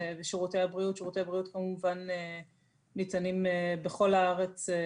יש תוכניות גם להרחיב את